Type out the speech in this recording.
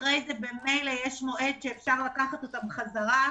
אחרי זה במילא יש מועד שאפשר לקחת אותם חזרה.